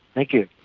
thank you.